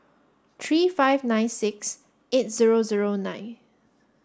three five nine six eight zero zero nine